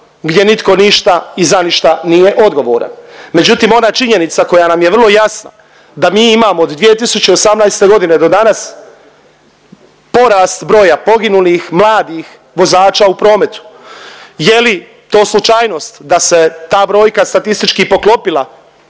gdje nitko ništa i za ništa nije odgovoran. Međutim ona činjenica koja nam je vrlo jasna da mi imamo od 2018.g. do danas porast broja poginulih mladih vozača u prometu. Je li to slučajnost da se ta brojka statistički poklopila